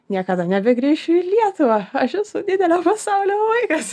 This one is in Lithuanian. niekada nebegrįšiu į lietuvą aš esu didelio pasaulio vaikas